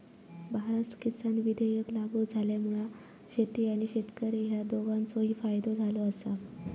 भारत किसान विधेयक लागू झाल्यामुळा शेती आणि शेतकरी ह्या दोघांचोही फायदो झालो आसा